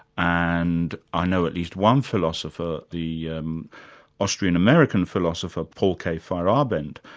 and i know at least one philosopher, the um austrian-american philosopher, paul k. feyerabend,